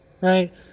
right